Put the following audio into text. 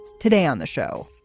today on the show,